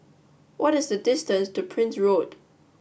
what is the distance to Prince Road